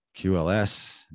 QLS